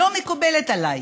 היא לא מקובלת עליי.